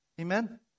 Amen